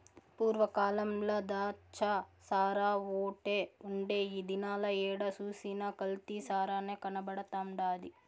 పూర్వ కాలంల ద్రాచ్చసారాఓటే ఉండే ఈ దినాల ఏడ సూసినా కల్తీ సారనే కనబడతండాది